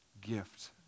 gift